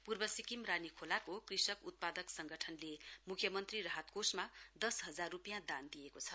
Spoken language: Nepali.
पूर्व सिक्किम रानीखोलाको कृषक उत्पादक सङ्गटनले मुख्यमन्त्री राहत कोषमा दश हजार रूपियाँ दान दिएको छ